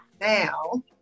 now